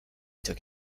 took